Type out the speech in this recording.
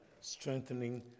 strengthening